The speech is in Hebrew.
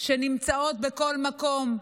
שנמצאות בכל מקום,